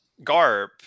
Garp